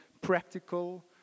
practical